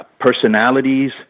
personalities